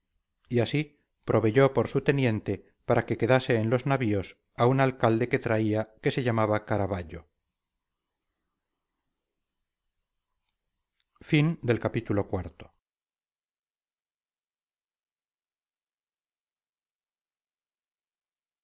y así proveyó por su teniente para que quedase en los navíos a un alcalde que traía que se llamaba caravallo